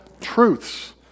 truths